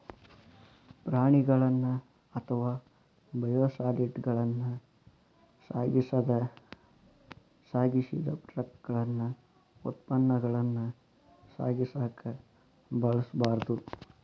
ಪ್ರಾಣಿಗಳನ್ನ ಅಥವಾ ಬಯೋಸಾಲಿಡ್ಗಳನ್ನ ಸಾಗಿಸಿದ ಟ್ರಕಗಳನ್ನ ಉತ್ಪನ್ನಗಳನ್ನ ಸಾಗಿಸಕ ಬಳಸಬಾರ್ದು